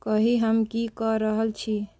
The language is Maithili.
कही हम की कऽ रहल छी